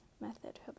method